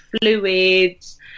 fluids